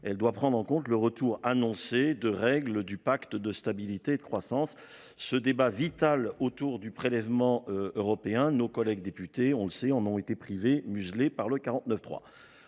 elle doit prendre en compte le retour annoncé des règles du pacte de stabilité et de croissance. Ce débat vital autour du prélèvement européen, nos collègues députés en ont été privés, puisqu’ils ont